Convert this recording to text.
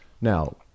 Now